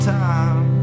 time